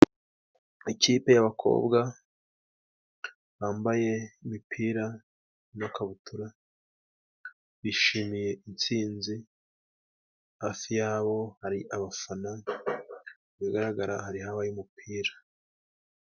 Ikipe y'abakobwa bambaye imipira n'ikabutura bishimiye intsinzi, hafi yabo hari abafana. Mu bigaragara hari habaye umupira.